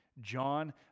John